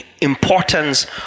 importance